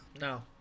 No